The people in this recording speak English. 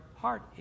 heart